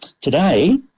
Today